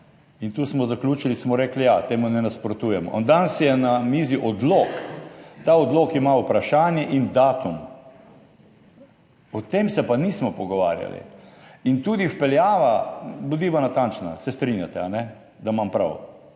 in tu smo zaključili, smo rekli, ja, temu ne nasprotujemo. Danes je na mizi odlok, ta odlok ima vprašanje in datum, o tem se pa nismo pogovarjali. in tudi vpeljava, bodiva natančna, se strinjate, da imam prav?